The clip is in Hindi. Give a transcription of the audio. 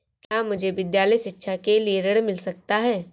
क्या मुझे विद्यालय शिक्षा के लिए ऋण मिल सकता है?